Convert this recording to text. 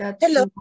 Hello